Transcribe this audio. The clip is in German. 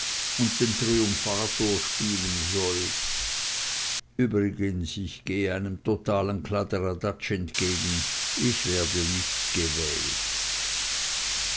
und den triumphator spielen soll übrigens geh ich einem totalen kladderadatsch entgegen ich werde nicht gewählt